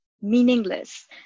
meaningless